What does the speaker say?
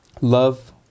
love